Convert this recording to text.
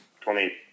Twenty-